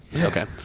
Okay